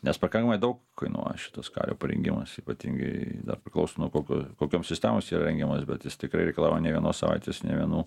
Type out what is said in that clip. nes pakanamai daug kainuoja šitas kario parengimas ypatingai dar priklauso nuo kokio kokiam sistemos įyra rengiamos bet jis tikrai reikalauja ne vienos savaitės ne vienų